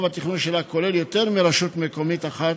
התכנון שלה כולל יותר מרשות מקומית אחת,